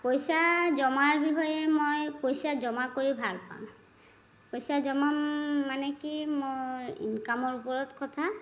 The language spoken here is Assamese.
পইচা জমাৰ বিষয়ে মই পইচা জমা কৰি ভালপাওঁ পইচা জমা মানে কি মই ইনকামৰ ওপৰত কথা